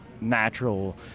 natural